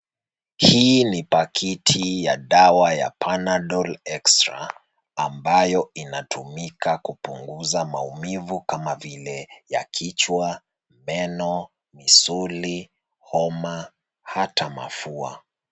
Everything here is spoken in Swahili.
Hii ni pakiti ya dawa ya Panadol Extra ambayo inatumika kupunguza maumivu kama vile ya kichwa, meno, misuli, homa hata mafua.